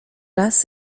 raz